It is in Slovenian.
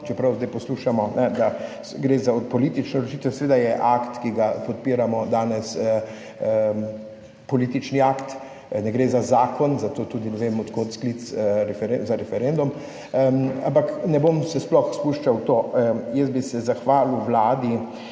čeprav zdaj poslušamo, da gre za politično odločitev. Seveda je akt, ki ga podpiramo danes, politični akt. Ne gre za zakon, za to tudi ne vem, od kod sklic za referendum, ampak ne bom se sploh spuščal v to. Jaz bi se zahvalil vladi,